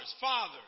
fathers